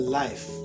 life